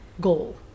goal